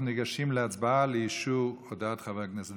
אנחנו ניגשים להצבעה לאישור הודעת חבר הכנסת